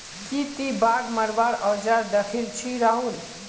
की ती बाघ मरवार औजार दखिल छि राहुल